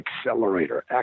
Accelerator